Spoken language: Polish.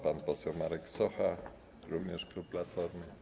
Pan poseł Marek Sowa, również klub Platforma.